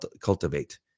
cultivate